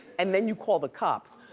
and then you call the cops,